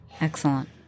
Excellent